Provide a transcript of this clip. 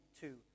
two